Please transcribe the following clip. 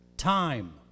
Time